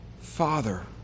Father